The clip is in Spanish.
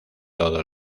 todo